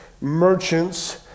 merchants